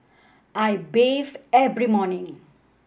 I bathe every morning